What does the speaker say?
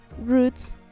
roots